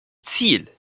ziel